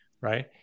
Right